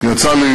יצא לי